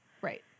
Right